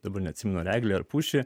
dabar neatsimenu ar eglę ar pušį